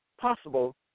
Possible